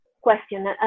question